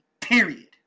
Period